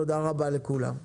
תודה רבה לכולם.